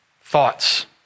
thoughts